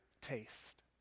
taste